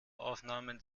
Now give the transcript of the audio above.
aufnahmen